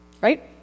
right